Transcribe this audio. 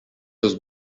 was